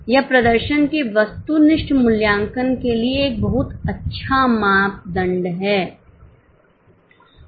यह प्रदर्शन के वस्तुनिष्ठ मूल्यांकन के लिए एक बहुत अच्छा मापदंड है